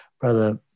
Brother